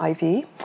IV